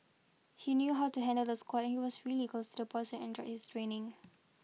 he knew how to handle the squad and he was really close to the boys enjoyed his training